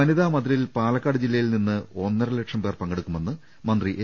വനിതാമതിലിൽ പാലക്കാട് ജില്ലയിൽ നിന്ന് ഒന്നരലക്ഷം പേർ പങ്കെടുക്കുമെന്ന് മന്ത്രി എ